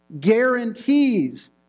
guarantees